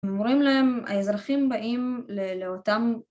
‫אומרים להם, האזרחים באים ‫לאותם